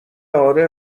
اره